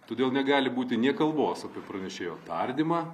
todėl negali būti nė kalbos apie pranešėjo tardymą